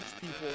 people